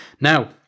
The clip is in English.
Now